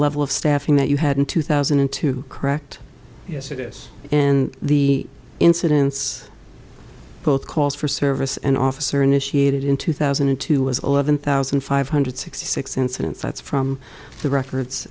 level of staffing that you had in two thousand and two correct yes it is and the incidence both calls for service and officer initiated in two thousand and two was eleven thousand five hundred sixty six incidents that's from the records